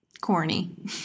corny